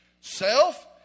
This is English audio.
Self